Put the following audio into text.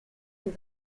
des